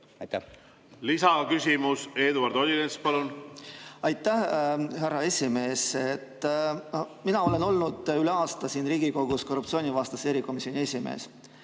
palun! Lisaküsimus, Eduard Odinets, palun! Aitäh, härra esimees! Mina olen olnud üle aasta siin Riigikogus korruptsioonivastase erikomisjoni esimees